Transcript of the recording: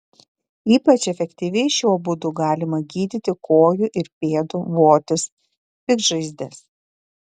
ypač efektyviai šiuo būdu galima gydyti kojų ir pėdų votis piktžaizdes